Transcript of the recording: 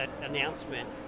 announcement